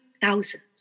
thousands